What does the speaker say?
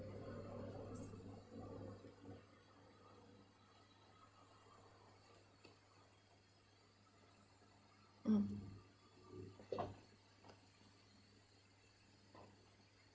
mm